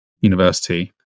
University